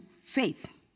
faith